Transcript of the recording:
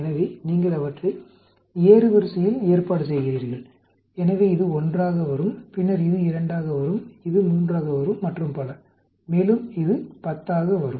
எனவே நீங்கள் அவற்றை ஏறுவரிசையில் ஏற்பாடு செய்கிறீர்கள் எனவே இது 1 ஆக வரும் பின்னர் இது 2 ஆக வரும் இது 3 ஆக வரும் மற்றும் பல மேலும் இது 10 ஆக வரும்